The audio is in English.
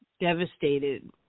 devastated